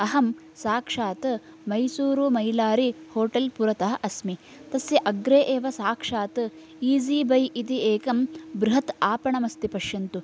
अहं साक्षात् मैसूरु मयिलारि होटेल् पुरतः अस्मि तस्य अग्रे एव साक्षात् ईज़ी बय् इति एकं बृहत् आपणमस्ति पश्यन्तु